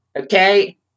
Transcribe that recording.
okay